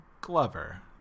glover